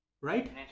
right